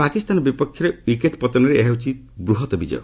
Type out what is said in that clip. ପାକିସ୍ତାନ ବିପକ୍ଷରେ ୱିକେଟ୍ ପତନରେ ଏହା ହେଉଛି ବୃହତ ବିକ୍କୟ